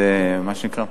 זה מה שנקרא,